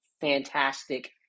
fantastic